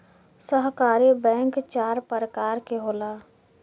सहकारी बैंक चार परकार के होला